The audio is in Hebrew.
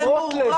זה גם.